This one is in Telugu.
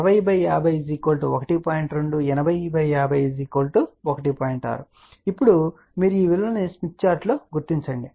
6 ఇప్పుడు మీరు ఈ విలువను స్మిత్ చార్టులో గుర్తించవచ్చు